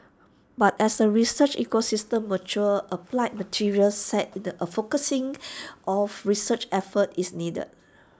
but as the research ecosystem matures applied materials said A focusing of research efforts is needed